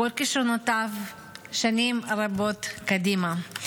בכל כישרונותיו שנים רבות קדימה.